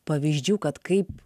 pavyzdžių kad kaip